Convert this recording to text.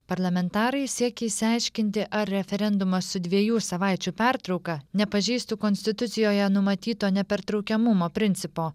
parlamentarai siekia išsiaiškinti ar referendumas su dviejų savaičių pertrauka nepažeistų konstitucijoje numatyto nepertraukiamumo principo